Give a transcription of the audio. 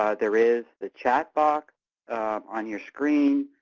ah there is the chat box on your screen.